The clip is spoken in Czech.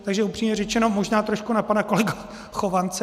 Takže upřímně řečeno, možná trošku na pana kolegu Chovance.